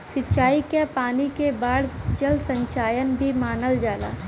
सिंचाई क पानी के बाढ़ जल संचयन भी मानल जाला